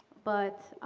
but